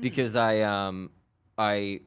because i. ah um i